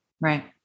Right